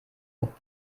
und